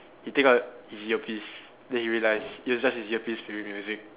he take out his earpiece then he realise it was just his earpiece playing music